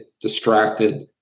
distracted